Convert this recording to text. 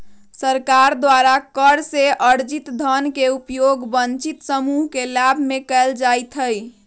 सरकार द्वारा कर से अरजित धन के उपयोग वंचित समूह के लाभ में कयल जाईत् हइ